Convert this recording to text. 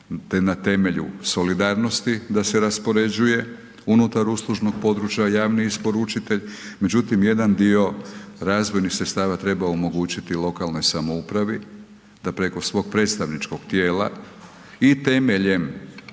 na temelju solidarnosti da se raspoređuje unutar uslužnog područja javni isporučitelj, međutim jedan dio razvojnih sredstava treba omogućiti lokalnoj samoupravi, a preko svog predstavničkog tijela i temeljem